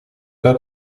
pas